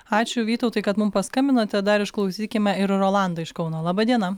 ačiū vytautai kad mum paskambinote dar išklausykime ir rolandą iš kauno laba diena